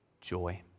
joy